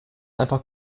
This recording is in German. einfach